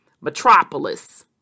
Metropolis